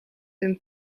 hun